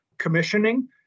commissioning